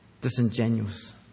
disingenuous